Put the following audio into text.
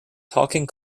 talking